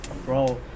bro